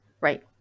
right